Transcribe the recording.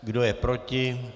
Kdo je proti?